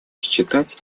считать